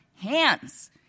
hands